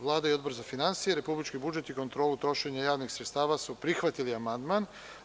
Vlada i Odbor za finansije, republički budžet i kontrolu trošenja javnih sredstava su prihvatili amandman.